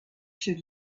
should